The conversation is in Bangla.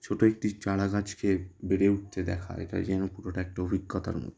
ছোটো একটি চারা গাছকে বেড়ে উঠতে দেখা এটা যেন পুরোটা একটা অভিজ্ঞতার মতো